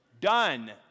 done